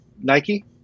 nike